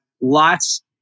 lots